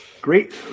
Great